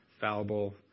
fallible